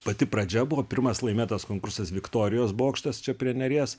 pati pradžia buvo pirmas laimėtas konkursas viktorijos bokštas čia prie neries